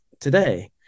today